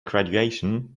graduation